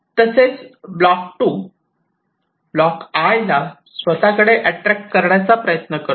तसेच block 2 block 'I' ला स्वतःकडे अट्रॅक्ट करण्याचा प्रयत्न करतो